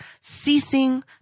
ceasing